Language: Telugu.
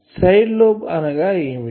సైడ్ లోబ్ అనగా ఏమిటి